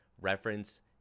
reference